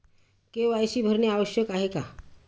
KYC भरणे आवश्यक आहे का?